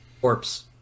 corpse